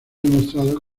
demostrado